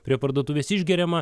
prie parduotuvės išgeriama